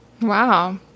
Wow